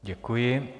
Děkuji.